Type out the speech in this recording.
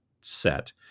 set